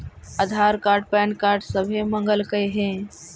आधार card PAN card सभे मगलके हे?